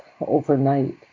overnight